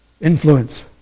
Influence